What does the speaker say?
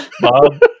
Bob